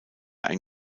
ein